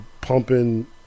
pumping